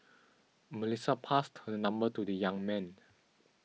Melissa passed her number to the young man